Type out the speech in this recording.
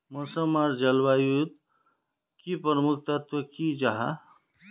मौसम आर जलवायु युत की प्रमुख तत्व की जाहा?